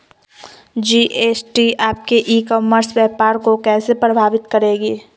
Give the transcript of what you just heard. GST आपके e commerce व्यापार को कैसे प्रभावित करेगी?